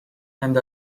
and